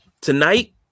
tonight